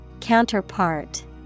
Counterpart